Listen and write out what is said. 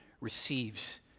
receives